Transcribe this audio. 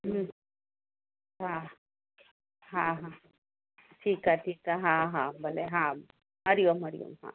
हूं हा हा हा ठीकु आहे ठीकु आहे हा हा भले हा हरि ओम हरि ओम हा